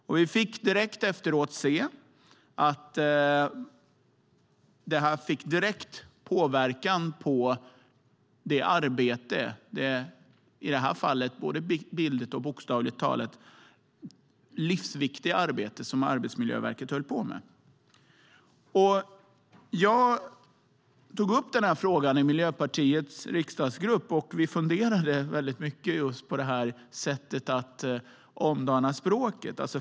Efteråt fick vi se att det här hade direkt påverkan på det livsviktiga, i detta fall både bildligt och bokstavligt, arbete som Arbetsmiljöverket höll på med. Jag tog upp den här frågan i Miljöpartiets riksdagsgrupp, och vi funderade väldigt mycket just på detta sätt att omdana språket.